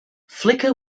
flicker